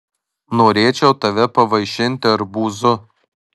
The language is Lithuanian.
norėčiau tave pavaišinti arbūzu